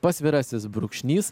pasvirasis brūkšnys